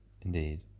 Indeed